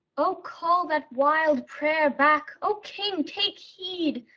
oh, call that wild prayer back! o king, take heed!